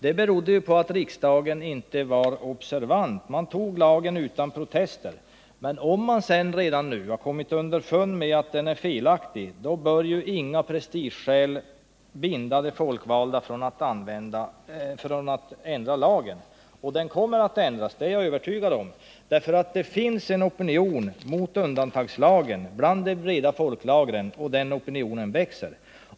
Det beror på att riksdagen inte var observant, att man tog lagen utan protester. Men om man redan nu har kommit underfund med att den är felaktig, bör inte prestigeskäl hindra de folkvalda från att ändra lagen. Och den kommer att ändras, det är jag övertygad om. För det finns en opinion mot undantagslagen bland de breda folklagren, och den opinionen växer.